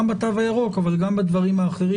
גם בתו הירוק אבל גם בדברים אחרים.